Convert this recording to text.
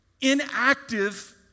inactive